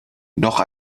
noch